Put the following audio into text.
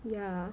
yeah